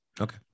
okay